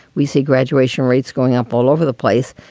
we see graduation rates going up all over the place.